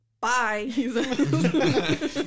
Bye